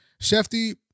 Shefty